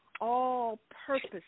all-purpose